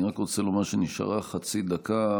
אני רק רוצה לומר שנשארה חצי דקה.